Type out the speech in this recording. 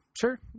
Sure